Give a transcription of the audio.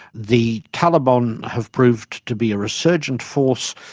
the taliban have proved to be a resurgent force,